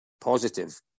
positive